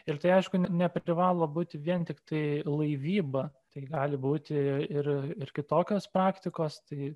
ir tai aišku neprivalo būti vien tiktai laivyba tai gali būti ir ir kitokios praktikos tai